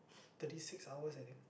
thirty six hours I think